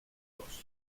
dos